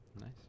Nice